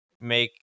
Make